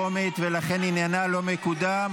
32 בעד, 55 נגד.